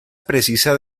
precisa